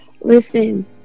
Listen